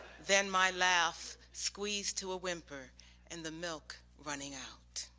then my laugh squeezed to ah whimper and the milk running out.